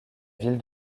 ville